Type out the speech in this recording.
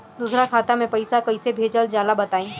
दोसरा खाता में पईसा कइसे भेजल जाला बताई?